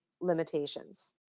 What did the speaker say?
limitations